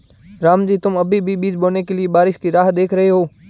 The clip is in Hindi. रामजी तुम अभी भी बीज बोने के लिए बारिश की राह देख रहे हो?